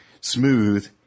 smooth